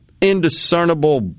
indiscernible